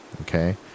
okay